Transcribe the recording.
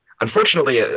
Unfortunately